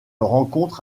rencontre